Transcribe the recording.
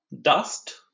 dust